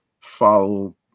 Follow